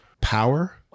power